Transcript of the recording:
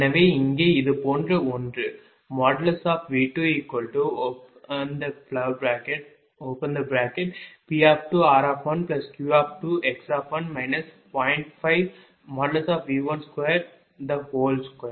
எனவே இங்கே இது போன்ற ஒன்று V2P2r1Q2x1 0